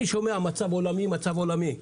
אני שומע: מצב עולמי, מצב עולמי.